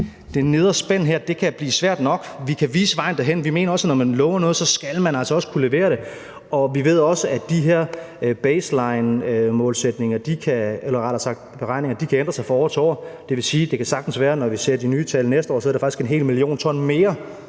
Det nedre spænd her kan blive svært nok. Vi kan vise vejen derhen, og vi mener også, at når man lover noget, så skal man altså også kunne levere det. Og vi ved også, at de her baselineberegninger kan ændre sig fra år til år. Det vil sige, at det sagtens kan være, når vi ser de nye tal næste år, at det faktisk er en hel million ton mere,